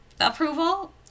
approval